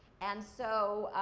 and so,